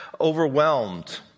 overwhelmed